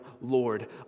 Lord